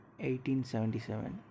1877